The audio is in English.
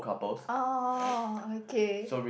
oh okay